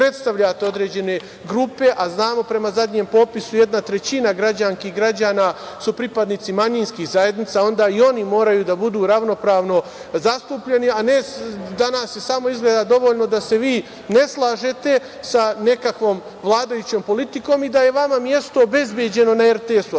predstavljate određene grupe,, a znamo prema zadnjem popisu, jedna trećina građanki i građana su pripadnici manjinskih zajednica, onda i oni moraju da budu ravnopravno zastupljeni. Danas je samo izgleda dovoljno da se vi ne slažete sa nekakvom vladajućom politikom i da je vama mesto obezbeđeno na RTS-u,